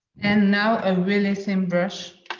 and now, a really thin brush